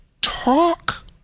talk